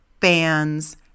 fans